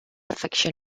eviction